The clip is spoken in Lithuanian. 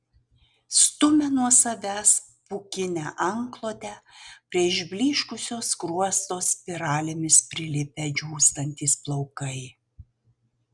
stumia nuo savęs pūkinę antklodę prie išblyškusio skruosto spiralėmis prilipę džiūstantys plaukai